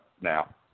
now